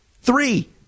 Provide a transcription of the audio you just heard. Three